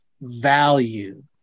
value